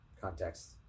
Context